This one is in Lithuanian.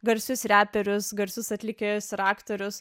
garsius reperius garsius atlikėjus ir aktorius